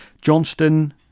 Johnston